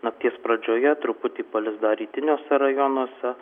nakties pradžioje truputį palis dar rytiniuose rajonuose